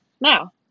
now